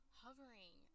hovering